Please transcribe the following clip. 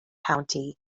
county